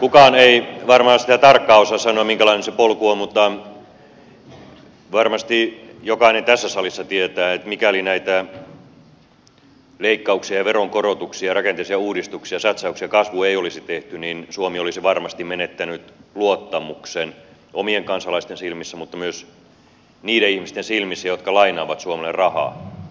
kukaan ei varmaan tarkkaan osaa sanoa sitä minkälainen se polku on mutta varmasti jokainen tässä salissa tietää että mikäli näitä leikkauksia veronkorotuksia rakenteellisia uudistuksia ja satsauksia kasvuun ei olisi tehty niin suomi olisi varmasti menettänyt luottamuksen omien kansalaisten silmissä mutta myös niiden ihmisten silmissä jotka lainaavat suomelle rahaa